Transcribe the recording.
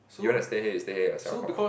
you want to stay here you stay here yourself hor